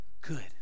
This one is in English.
good